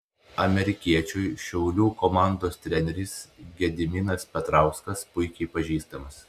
amerikiečiui šiaulių komandos treneris gediminas petrauskas puikiai pažįstamas